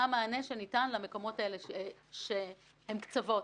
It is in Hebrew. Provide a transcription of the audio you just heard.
מה המענה שניתן למקומות האלה שהם קצוות.